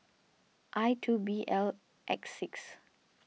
I two B L X six